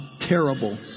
terrible